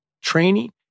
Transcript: training